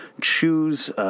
choose